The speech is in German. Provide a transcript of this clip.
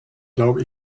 glaube